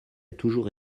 toujours